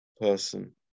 person